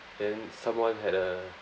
then someone had a